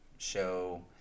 show